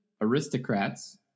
Aristocrats